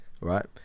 right